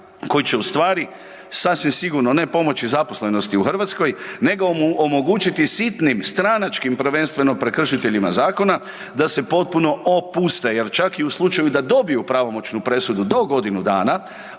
koji će ustvari sasvim sigurno ne pomoći zaposlenosti u Hrvatskoj nego mu omogućiti sitnim stranačkim prvenstveno prekršiteljima zakona da se potpuno opuste jer čak i u slučaju da dobiju pravomoćnu presudu do godinu dana